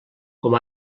com